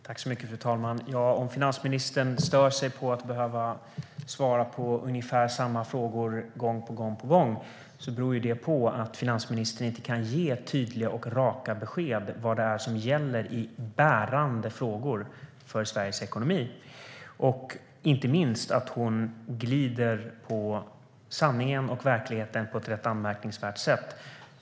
Fru talman! Om finansministern stör sig på att behöva svara på ungefär samma frågor gång på gång vill jag säga att det beror på att finansministern inte kan ge tydliga och raka besked om vad som gäller i bärande frågor för Sveriges ekonomi och inte minst att hon glider på sanningen och verkligheten på ett rätt anmärkningsvärt sätt.